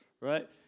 right